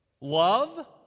Love